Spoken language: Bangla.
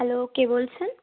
হ্যালো কে বলছেন